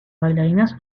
bailarinas